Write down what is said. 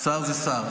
שר זה שר.